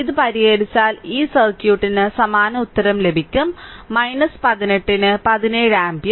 ഇത് പരിഹരിച്ചാൽ ഈ സർക്യൂട്ടിന് സമാന ഉത്തരം ലഭിക്കും 18 ന് 17 ആമ്പിയർ